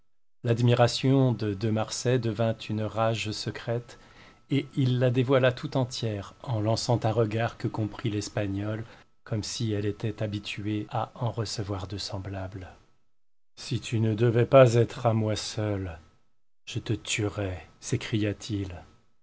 l'admiration de de marsay devint une rage secrète et il la dévoila tout entière en lançant un regard que comprit l'espagnole comme si elle était habituée à en recevoir de semblables si tu ne devais pas être à moi seul je te tuerais